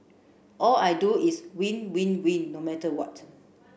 all I do is win win win no matter what